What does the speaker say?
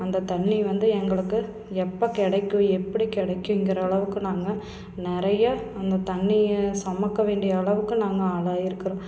அந்த தண்ணி வந்து எங்களுக்கு எப்போ கிடைக்கும் எப்படி கிடைக்குங்கிற அளவுக்கு நாங்கள் நிறைய அந்த தண்ணியை சொமக்க வேண்டிய அளவுக்கு நாங்கள் ஆளாகிருக்குறோம்